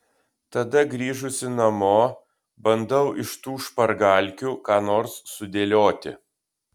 tada grįžusi namo bandau iš tų špargalkių ką nors sudėlioti